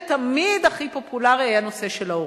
תמיד הנושא הכי פופולרי היה נושא ההורים.